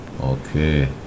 okay